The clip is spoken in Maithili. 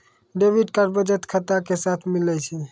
डेबिट कार्ड बचत खाता के साथे मिलै छै